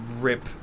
rip